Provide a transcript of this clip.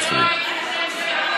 עצרי.